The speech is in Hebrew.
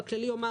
באופן כללי,